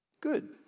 good